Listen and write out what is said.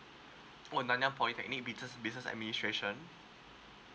oh nanyang polytechnic business business administration